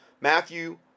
Matthew